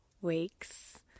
weeks